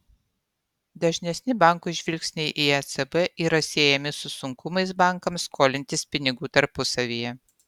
dažnesni bankų žvilgsniai į ecb yra siejami su sunkumais bankams skolintis pinigų tarpusavyje